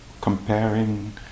comparing